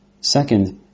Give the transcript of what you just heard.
Second